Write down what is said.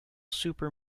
super